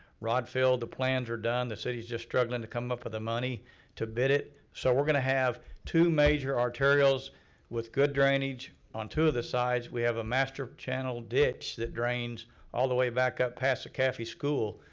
rodd field. the plans were done, the city's just strugglin' to come up with the money to bid it. so we're gonna have two major arterials with good drainage on two of the sides. we have a master channel ditch that drains all the way back up past the kaffie school.